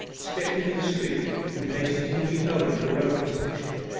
stepped into the street, and hastened to meet owen at the railway-station.